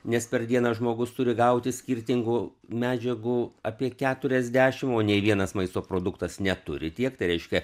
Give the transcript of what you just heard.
nes per dieną žmogus turi gauti skirtingų medžiagų apie keturiasdešim o nei vienas maisto produktas neturi tiek tai reiškia